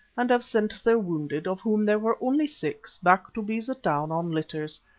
and have sent their wounded, of whom there were only six, back to beza town on litters.